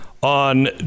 on